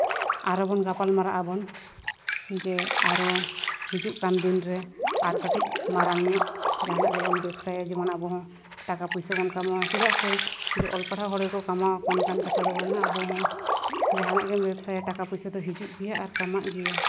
ᱟᱨᱦᱚᱸ ᱵᱚᱱ ᱜᱟᱯᱟᱞᱼᱢᱟᱨᱟᱣ ᱟᱵᱚᱱ ᱡᱮ ᱟᱨᱦᱚᱸ ᱦᱤᱡᱩᱜ ᱠᱟᱱ ᱫᱤᱱᱨᱮ ᱟᱨ ᱠᱟᱹᱴᱤᱡ ᱢᱟᱨᱟᱝ ᱧᱚᱜ ᱡᱟᱦᱟᱱᱟᱜ ᱜᱮᱵᱚᱱ ᱵᱮᱵᱽᱥᱟᱭᱟ ᱡᱮᱢᱚᱱ ᱟᱵᱚ ᱦᱚᱸ ᱴᱟᱠᱟ ᱯᱩᱭᱥᱟᱹ ᱵᱚᱱ ᱠᱟᱢᱟᱣᱟ ᱪᱮᱫᱟᱜ ᱥᱮ ᱡᱮ ᱚᱞ ᱯᱟᱲᱦᱟᱣ ᱦᱚᱲ ᱜᱮᱠᱚ ᱠᱟᱢᱟᱣᱟ ᱟᱠᱚ ᱚᱱᱠᱟᱱ ᱠᱟᱛᱷᱟ ᱫᱚ ᱵᱟᱝᱟ ᱟᱵᱚ ᱦᱚᱸ ᱡᱟᱦᱟᱱᱟᱜ ᱜᱮᱢ ᱵᱮᱵᱽᱥᱟᱭᱟ ᱴᱟᱠᱟ ᱯᱩᱭᱥᱟᱹ ᱦᱤᱡᱩᱜ ᱜᱮᱭᱟ ᱟᱨ ᱠᱟᱢᱟᱜ ᱜᱮᱭᱟ